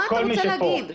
מה אתה רוצה להגיד?